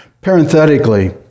Parenthetically